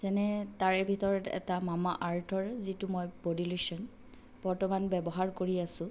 যেনে তাৰে ভিতৰত এটা মামা আৰ্থৰ যিটো মই ব'ডী লোচন বৰ্তমান ব্যৱহাৰ কৰি আছোঁ